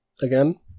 again